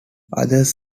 others